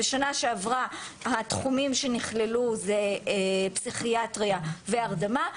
בשנה שעברה התחומים שנכללו זה פסיכיאטריה והרדמה,